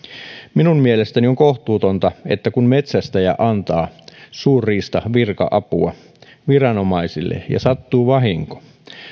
minun mielestäni on kohtuutonta että kun metsästäjä antaa suurriistavirka apua viranomaisille ja sattuu vahinko